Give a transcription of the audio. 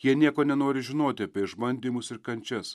jie nieko nenori žinoti apie išbandymus ir kančias